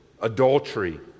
Adultery